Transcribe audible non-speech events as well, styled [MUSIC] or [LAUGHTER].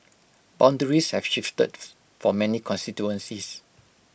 boundaries have shifted [HESITATION] for many constituencies